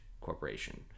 corporation